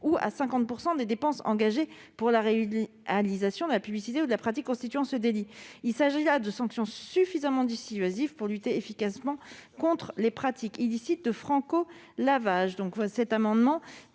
ou à 50 % des dépenses engagées pour la réalisation de la publicité ou de la pratique constituant ce délit. Il s'agit là de sanctions suffisamment dissuasives pour lutter efficacement contre les pratiques illicites de « franco-lavage